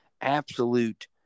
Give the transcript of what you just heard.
absolute –